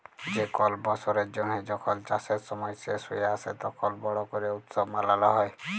যে কল বসরের জ্যানহে যখল চাষের সময় শেষ হঁয়ে আসে, তখল বড় ক্যরে উৎসব মালাল হ্যয়